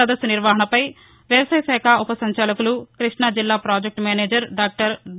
సదస్సు నిర్వహణపై వ్యవసాయ శాఖ ఉప సంచాలకులు కృష్ణజిల్లా ప్రాజెక్టు మేనేజర్ డాక్టర్ డి